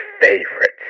favorite